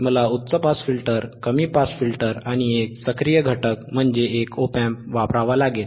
मला उच्च pass filter कमी पास फिल्टर आणि एक सक्रिय घटक म्हणजे एक op amp वापरावा लागेल